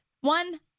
One